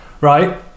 Right